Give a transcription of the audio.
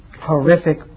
horrific